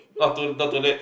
not too not too late